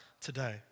today